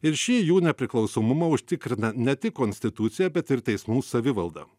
ir šį jų nepriklausomumą užtikrina ne tik konstitucija bet ir teismų savivalda